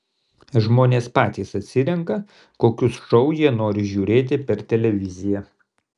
žmonės patys atsirenka kokius šou jie nori žiūrėti per televiziją